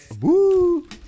Woo